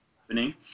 happening